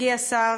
הגיע שר,